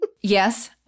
Yes